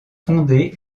fondé